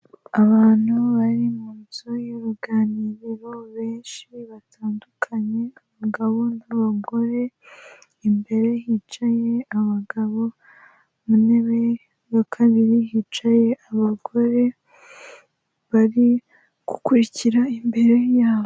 Abantu bari munzu y'uruganiro, benshi batandukanye abagabo n'abagore. Imbere hicaye abagabo, ku ntebe ya kabiri hicaye abagore bari gukurikira imbere yabo.